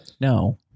No